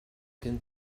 gen